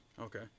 Okay